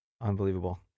Unbelievable